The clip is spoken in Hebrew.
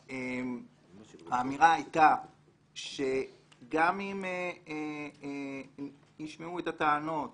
האמירה היתה שגם אם ישמעו את הטענות